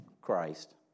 Christ